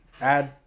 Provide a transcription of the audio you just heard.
Add